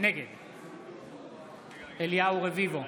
נגד אליהו רביבו,